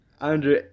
Andrew